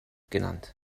genannt